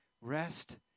rest